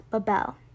Babel